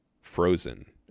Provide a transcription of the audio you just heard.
frozen